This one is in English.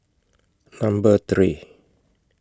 Number three